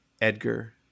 Edgar